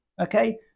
Okay